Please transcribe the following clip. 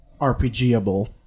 RPGable